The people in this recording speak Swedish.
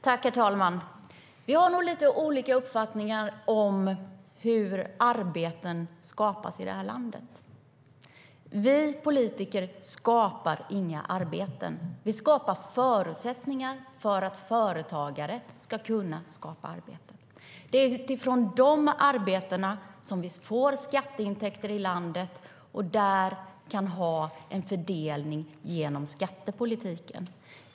Herr talman! Vi har nog lite olika uppfattning om hur arbeten skapas i vårt land. Vi politiker skapar inga arbeten. Vi skapar förutsättningar för att företagare ska kunna skapa arbeten. Det är genom dessa arbeten vi får skatteintäkter i landet och kan ha en fördelning genom skattepolitiken.